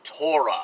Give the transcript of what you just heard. Torah